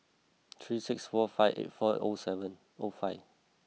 three six four five eight four O seven O five